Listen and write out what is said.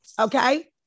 Okay